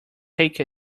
take